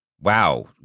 Wow